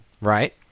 Right